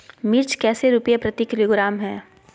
मिर्च कैसे रुपए प्रति किलोग्राम है?